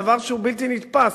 דבר שהוא בלתי נתפס.